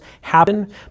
happen